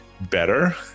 better